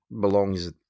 belongs